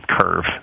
curve